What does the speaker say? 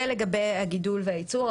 זה לגבי הגידול והייצור,